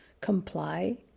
comply